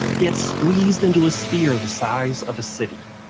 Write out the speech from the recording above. yet squeezed into a sphere the size of a city.